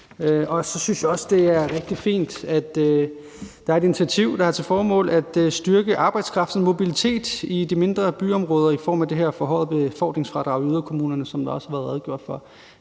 Så synes jeg også, det er rigtig fint, at der er et initiativ, der har til formål at styrke arbejdskraftens mobilitet i de mindre byområder i form af det her forhøjede befordringsfradrag i yderkommunerne, som der også har været redegjort for,